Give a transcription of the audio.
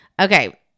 okay